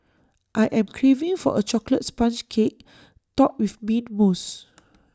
I am craving for A Chocolate Sponge Cake Topped with Mint Mousse